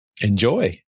enjoy